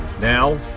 Now